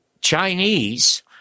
Chinese